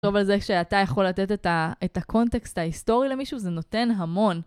אבל זה שאתה יכול לתת את הקונטקסט ההיסטורי למישהו, זה נותן המון.